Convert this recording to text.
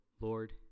Lord